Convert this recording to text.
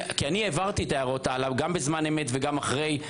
העברתי את ההערות גם בזמן אמת וגם אחרי,